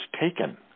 taken